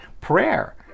Prayer